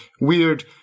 weird